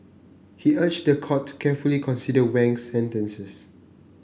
he urged the court to carefully consider Wang's sentences